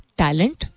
talent